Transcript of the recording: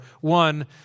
One